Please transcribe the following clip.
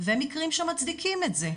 ומקרים שמצדיקים את זה.